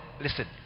listen